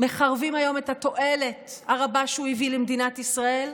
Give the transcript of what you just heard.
מחרבים היום את התועלת הרבה שהוא הביא למדינת ישראל,